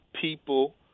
people